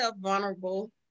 vulnerable